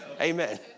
Amen